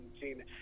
seen